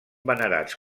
venerats